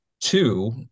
two